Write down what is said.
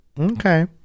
okay